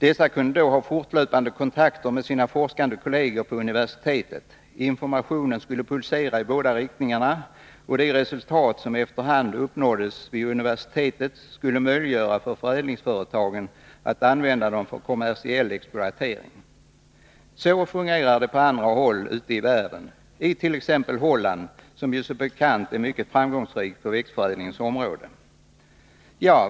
Dessa kunde då ha fortlöpande kontakter med sina forskande kolleger på universitetet. Informationen skulle pulsera i båda riktningarna, och de resultat som efter hand uppnåddes vid universitetet skulle möjliggöra för förädlingsföretagen att använda dem för kommersiell exploatering. Så fungerar det på andra håll i världen, t.ex. i Holland, som ju som bekant är mycket framgångsrikt på växtförädlingsområdet.